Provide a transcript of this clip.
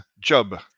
job